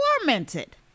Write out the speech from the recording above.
tormented